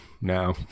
no